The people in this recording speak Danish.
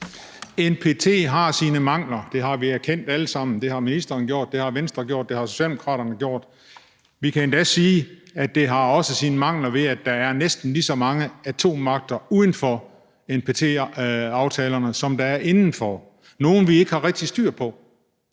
NPT har sine mangler. Det har vi erkendt alle sammen; det har ministeren gjort, det har Venstre gjort, det har Socialdemokraterne gjort. Vi kan endda sige, at det også har sine mangler, ved at der er næsten lige så mange nye atommagter uden for NPT-aftalerne, som der er inden for dem – nogle af dem har vi ikke rigtig styr på.